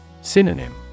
Synonym